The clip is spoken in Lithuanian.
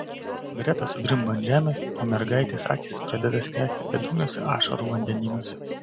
greta sudrimba ant žemės o mergaitės akys pradeda skęsti bedugniuose ašarų vandenynuose